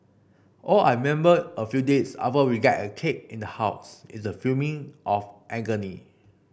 all I member a few days after we get a cake in the house is the of agony